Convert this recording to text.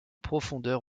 profondeur